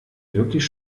wirklich